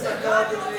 לא, אני רוצה לשמוע.